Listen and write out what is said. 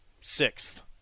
sixth